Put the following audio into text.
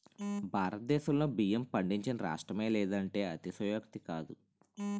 భారతదేశంలో బియ్యం పండించని రాష్ట్రమే లేదంటే అతిశయోక్తి కాదు